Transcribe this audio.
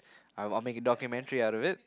I'll I'll make a documentary out of it